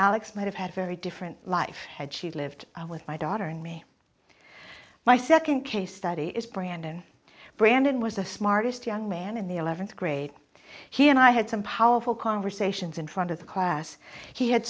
alex might have had a very different life had she lived with my daughter and me my second case study is brandon brandon was the smartest young man in the eleventh grade he and i had some powerful conversations in front of the class he had